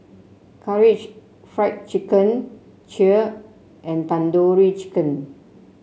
Karaage Fried Chicken Kheer and Tandoori Chicken